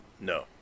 No